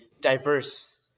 diverse